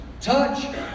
touch